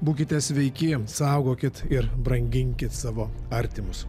būkite sveiki saugokit ir branginkit savo artimus